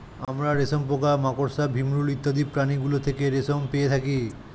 আমরা রেশম পোকা, মাকড়সা, ভিমরূল ইত্যাদি প্রাণীগুলো থেকে রেশম পেয়ে থাকি